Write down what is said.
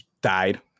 died